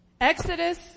Exodus